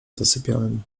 zasypiałem